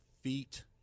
Feet